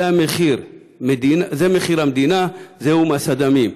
זהו מחיר המדינה, זהו מס הדמים.